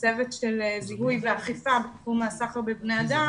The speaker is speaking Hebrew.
בצוות של זיהוי ואכיפה בתחום הסחר בבני אדם.